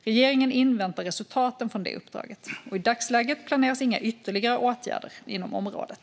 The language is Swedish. Regeringen inväntar resultaten från det uppdraget. I dagsläget planeras inga ytterligare åtgärder inom området.